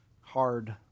hard